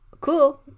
cool